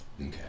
Okay